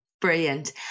Brilliant